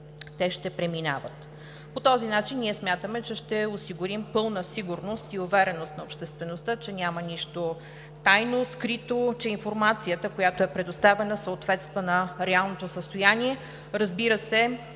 те ще преминават.